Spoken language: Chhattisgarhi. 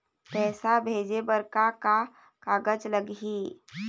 पैसा भेजे बर का का कागज लगही?